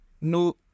No